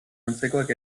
antzekoak